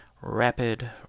Rapid